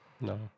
No